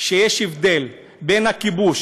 שיש הבדל בין הכיבוש,